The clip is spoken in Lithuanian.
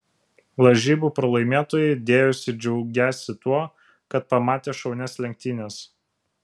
lažybų pralaimėtojai dėjosi džiaugiąsi tuo kad pamatė šaunias lenktynes